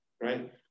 right